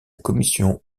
commission